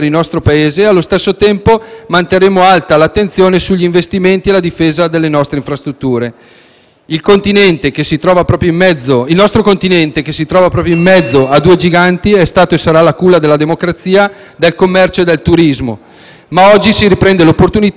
Il nostro Continente, che si trova proprio in mezzo a due giganti, è stato e sarà la culla della democrazia, del commercio e del turismo, ma oggi si riprende l'opportunità di non subire finalmente le scelte altrui.